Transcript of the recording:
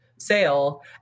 Sale